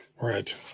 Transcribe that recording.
Right